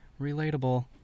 Relatable